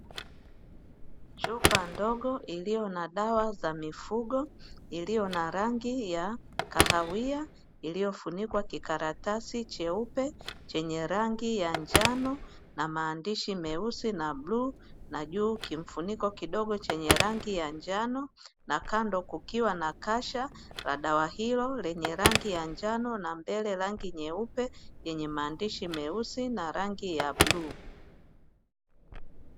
Chupa ndogo iliyo na dawa za mifugo iliyo na rangi ya kahawia iliyofunikwa kikaratasi cheupe chenye rangi ya njano, na maandishi meusi na bluu na juu kimfuniko kidogo chenye rangi ya njano, na kando kukiwa na kasha la dawa hilo lenye rangi ya njano na mbele rangi nyeupe yenye maandishi meusi na rangi ya bluu.